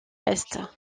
est